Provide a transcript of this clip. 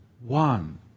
one